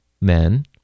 men